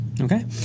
Okay